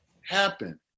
happen